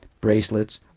bracelets